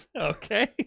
Okay